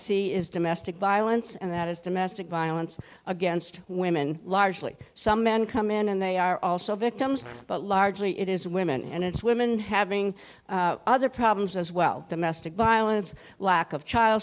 see is domestic violence and that is domestic violence against women largely some men come in and they are also victims but largely it is women and it's women having other problems as well domestic violence lack of child